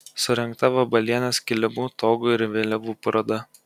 surengta vabalienės kilimų togų ir vėliavų paroda